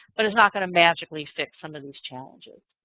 but it's not going to magically fix some of these challenges.